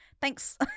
Thanks